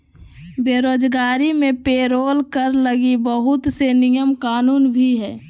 बेरोजगारी मे पेरोल कर लगी बहुत से नियम कानून भी हय